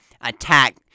attack